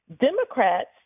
Democrats